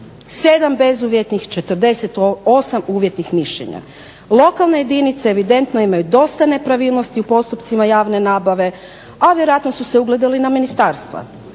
7 bezuvjetnih, 48 uvjetnih mišljenja. Lokalne jedinice evidentno imaju dosta nepravilnosti u postupcima javne nabave, a vjerojatno su se ugledali na ministarstva.